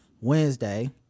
Wednesday